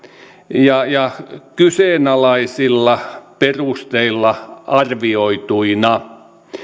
ja ja kyseenalaisilla perusteilla arvioituina